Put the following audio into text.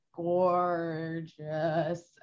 gorgeous